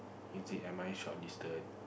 is it am I shortlisted